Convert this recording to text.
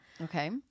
Okay